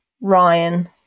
Ryan